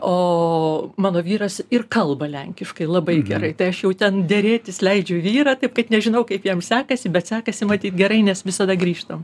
o mano vyras ir kalba lenkiškai labai gerai tai aš jau ten derėtis leidžiu vyrą taip kad nežinau kaip jam sekasi bet sekasi matyt gerai nes visada grįžtam